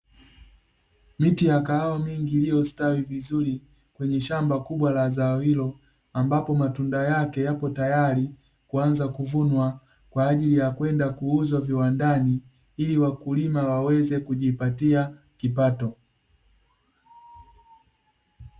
Miti ya kahawa mingi iliyostawi vizuri kwenye shamba kubwa la zao hilo, ambapo matunda yake yapo tayari kuanza kuvunwa kwa ajili ya kwenda kuuza viwandani; ili wakulima waweze kujipatia kipato.